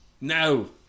No